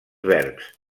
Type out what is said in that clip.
verbs